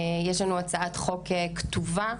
יש לנו הצעת חוק כתובה,